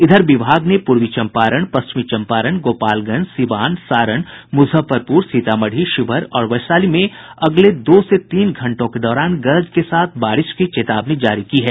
इधर विभाग ने पूर्वी चम्पारण पश्चिम चम्पारण गोपालगंज सीवान सारण मुजफ्फरपुर सीतामढ़ी शिवहर और वैशाली जिले में अगले दो से तीन घंटों के दौरान गरज के साथ बारिश की चेतावनी जारी की है